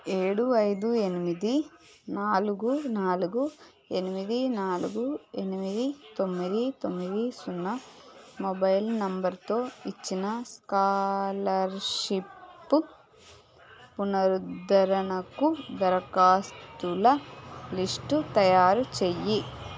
ఏడు ఐదు ఎనిమిది నాలుగు నాలుగు ఎనిమిది నాలుగు ఎనిమిది తొమ్మిది తొమ్మిది సున్నా మొబైల్ నంబరుతో ఇచ్చిన స్కాలర్షిప్ పునరుద్ధరణకు దరఖాస్తుల లిస్టు తయారు చెయ్యి